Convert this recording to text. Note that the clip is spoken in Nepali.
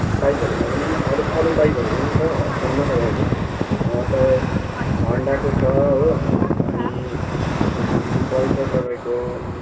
बाइकहरूमा पनि अरू अरू बाइकहरू पनि छ अप्सनमा तपाईँको तपाईँ होन्डाको छ हो अनि पल्सर तपाईँको